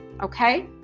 okay